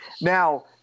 Now